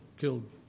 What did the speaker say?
killed